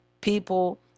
people